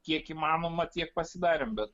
kiek įmanoma tiek pasidarėm bet